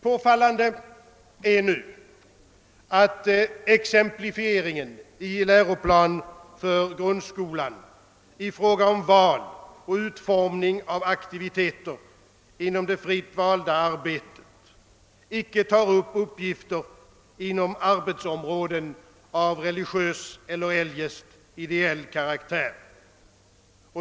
Påfallande är nu, att exemplifieringen i läroplanen för grundskolan i fråga om val och utformning av aktiviteter inom det fritt valda arbetet icke tar upp uppgifter inom arbetsområden av religiös eller eljest ideell karaktär.